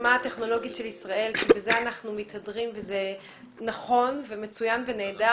העוצמה הטכנולוגית של ישראל ובזה אנחנו מתהדרים וזה נכון ומצוין ונהדר,